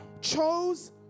Chose